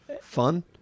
fun